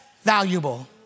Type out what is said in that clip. valuable